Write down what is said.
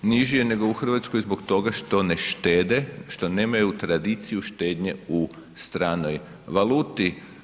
Niži je nego u Hrvatskoj zbog toga što ne štede, što nemaju tradiciju štednje u stranoj valuti.